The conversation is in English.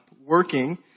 working